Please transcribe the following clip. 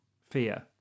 fear